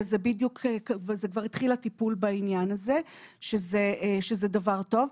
וכבר התחיל הטיפול בעניין הזה שזה דבר טוב.